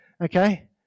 Okay